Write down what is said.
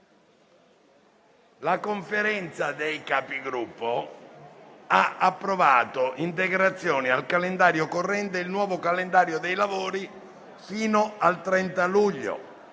La Conferenza dei Capigruppo ha approvato integrazioni al calendario corrente e il nuovo calendario dei lavori fino al 30 luglio.